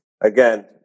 Again